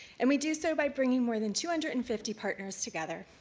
and we do so by bringing more than two hundred and fifty partners together,